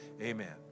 Amen